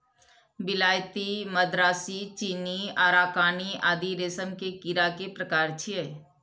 विलायती, मदरासी, चीनी, अराकानी आदि रेशम के कीड़ा के प्रकार छियै